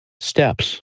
Steps